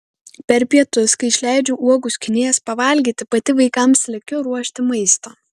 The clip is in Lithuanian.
per pietus kai išleidžiu uogų skynėjas pavalgyti pati vaikams lekiu ruošti maisto